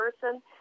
person